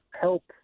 help